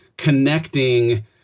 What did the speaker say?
connecting